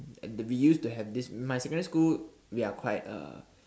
and we used to have this my secondary school we are quite uh